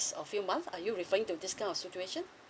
few months are you referring to this kind of situation